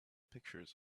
pictures